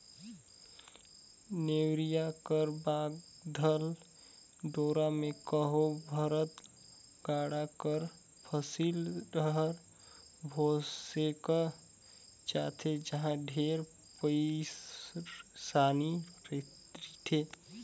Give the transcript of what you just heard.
नेवरिया कर बाधल डोरा मे कहो भरल गाड़ा कर फसिल हर भोसेक जाथे ता ढेरे पइरसानी रिथे